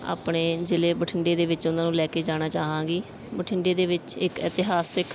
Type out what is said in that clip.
ਆਪਣੇ ਜ਼ਿਲ੍ਹੇ ਬਠਿੰਡੇ ਦੇ ਵਿੱਚ ਉਹਨਾਂ ਨੂੰ ਲੈ ਕੇ ਜਾਣਾ ਚਾਹਾਂਗੀ ਬਠਿੰਡੇ ਦੇ ਵਿੱਚ ਇੱਕ ਇਤਿਹਾਸਿਕ